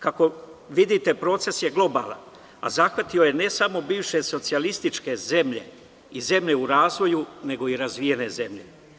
Kako vidite, proces je globalan, a zahvatio je ne samo bivše socijalističke zemlje i zemlje u razvoju, nego i razvijene zemlje.